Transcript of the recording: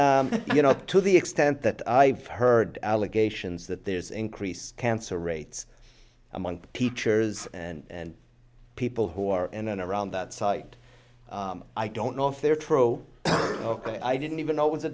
you know to the extent that i heard allegations that there's increased cancer rates among teachers and people who are in and around that site i don't know if they're trope ok i didn't even know it was a